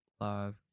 love